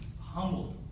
humbled